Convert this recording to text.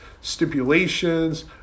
stipulations